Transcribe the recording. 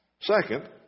Second